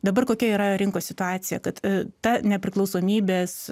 dabar kokia yra rinkos situacija kad ta nepriklausomybės